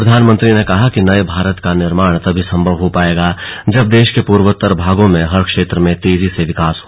प्रधानमंत्री ने कहा कि नये भारत का निर्माण तभी संभव हो पाएगा जब देश के पूर्वोत्तर भागों में हर क्षेत्र में तेजी से विकास हो